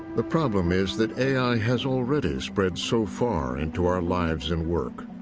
the problem is that a i. has already spread so far into our lives and work.